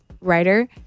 writer